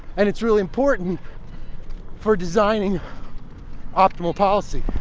and it's really important for designing optimal policy